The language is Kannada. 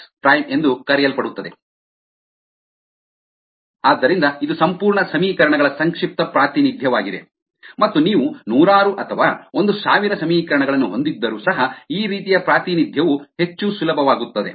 rddtx S stoichiometric matrix r reaction rate vector x state vector ಆದ್ದರಿಂದ ಇದು ಸಂಪೂರ್ಣ ಸಮೀಕರಣಗಳ ಸಂಕ್ಷಿಪ್ತ ಪ್ರಾತಿನಿಧ್ಯವಾಗಿದೆ ಮತ್ತು ನೀವು ನೂರಾರು ಅಥವಾ ಒಂದು ಸಾವಿರ ಸಮೀಕರಣಗಳನ್ನು ಹೊಂದಿದ್ದರೂ ಸಹ ಈ ರೀತಿಯ ಪ್ರಾತಿನಿಧ್ಯವು ಹೆಚ್ಚು ಸುಲಭವಾಗುತ್ತದೆ